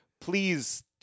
please